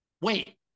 Wait